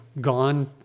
gone